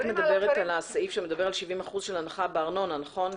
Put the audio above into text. מדברת על הסעיף שמדבר על 70% הנחה בארנונה נכון?